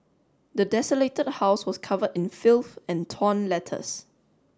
the desolated house was covered in filth and torn letters